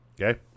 Okay